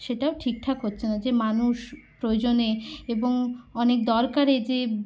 সেটাও ঠিক ঠাক হচ্ছে না যে মানুষ প্রয়োজনে এবং অনেক দরকারে যে